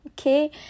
Okay